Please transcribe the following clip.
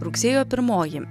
rugsėjo pirmoji